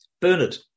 Bernard